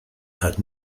had